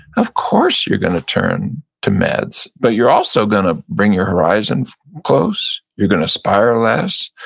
of course, you're gonna turn to meds. but you're also gonna bring your horizons close, you're gonna aspire less.